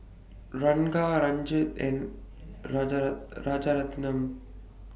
Ranga Rajat and Rajaratnam